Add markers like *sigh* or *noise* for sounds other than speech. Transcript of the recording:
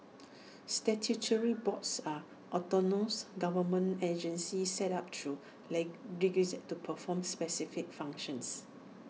statutory boards are autonomous government agencies set up through *unintelligible* to perform specific functions